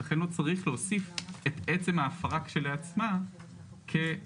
לכן לא צריך להוסיף את עצם ההפרה כשלעצמה כעבירה.